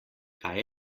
kaj